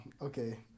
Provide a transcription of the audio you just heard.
Okay